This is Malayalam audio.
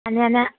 ആ ഞാൻ